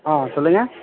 ஆ சொல்லுங்கள்